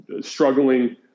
struggling